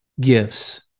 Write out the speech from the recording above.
gifts